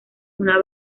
una